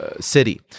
city